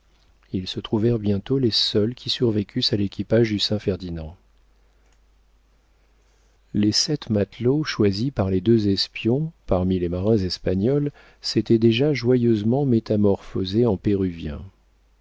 ils se trouvèrent bientôt les seuls qui survécussent à l'équipage du saint ferdinand les sept matelots choisis par les deux espions parmi les marins espagnols s'étaient déjà joyeusement métamorphosés en péruviens